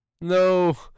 no